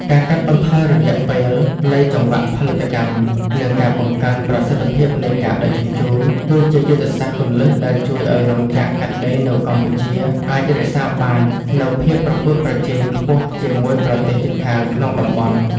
ការកាត់បន្ថយរយៈពេលនៃចង្វាក់ផលិតកម្ម និងការបង្កើនប្រសិទ្ធភាពនៃការដឹកជញ្ជូន គឺជាយុទ្ធសាស្ត្រគន្លឹះដែលជួយឱ្យរោងចក្រកាត់ដេរនៅកម្ពុជាអាចរក្សាបាននូវភាពប្រកួតប្រជែងខ្ពស់ជាមួយប្រទេសជិតខាងក្នុងតំបន់។